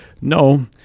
no